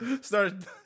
started